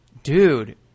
Dude